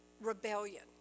rebellion